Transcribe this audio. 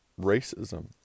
racism